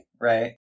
right